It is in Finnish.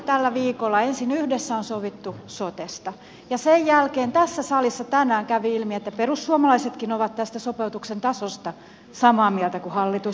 tällä viikolla ensin yhdessä on sovittu sotesta ja sen jälkeen tässä salissa tänään kävi ilmi että perussuomalaisetkin ovat tästä sopeutuksen tasosta samaa mieltä kuin hallitus